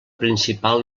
principal